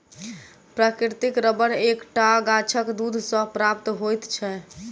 प्राकृतिक रबर एक टा गाछक दूध सॅ प्राप्त होइत छै